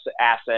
asset